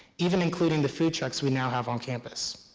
even including the food trucks we now have on campus.